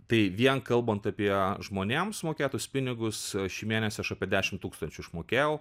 tai vien kalbant apie žmonėm sumokėtus pinigus šį mėnesį aš apie dešim tūkstančių išmokėjau